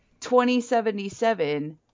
2077